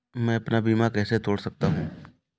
मैं अपना बीमा कैसे तोड़ सकता हूँ?